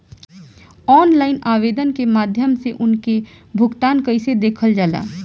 Online आवेदन के माध्यम से उनके भुगतान कैसे देखल जाला?